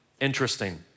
interesting